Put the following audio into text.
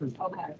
Okay